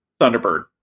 Thunderbird